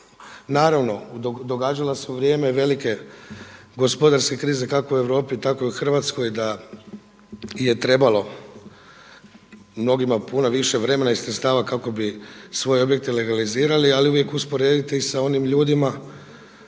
Naravno, događala se u vrijeme velike gospodarske krize kako u Europi tako i u Hrvatskoj da je trebalo mnogima puno više vremena i sredstava kako bi svoje objekte legalizirali, ali uvijek usporedite i sa onim ljudima